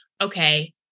okay